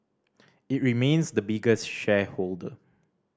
it remains the biggest shareholder